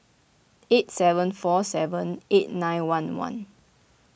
eight seven four seven eight nine one one